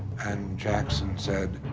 and jackson said,